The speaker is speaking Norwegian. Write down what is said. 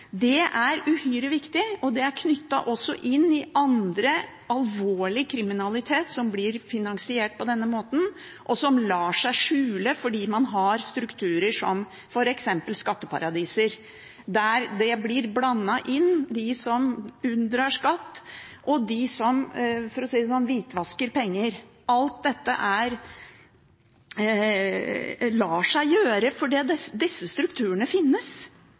Det er uhyre viktig, og det er også knyttet til annen alvorlig kriminalitet som blir finansiert på denne måten, og som lar seg skjule fordi man har strukturer som f.eks. skatteparadiser, der de som unndrar skatt, og de som – for å si det sånn – hvitvasker penger, blir blandet inn. Alt dette lar seg gjøre fordi disse strukturene finnes.